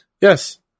Yes